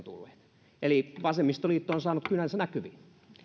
tulleet eli vasemmistoliitto on saanut kynänsä näkyviin